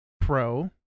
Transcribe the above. Pro